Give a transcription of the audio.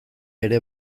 ere